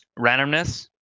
randomness